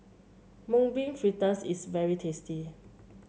Mung Bean Fritters is very tasty